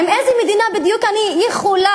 עִם איזו מדינה בדיוק אני יכולה,